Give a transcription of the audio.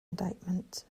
indictment